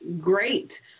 great